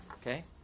Okay